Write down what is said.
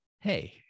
hey